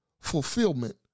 Fulfillment